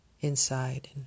inside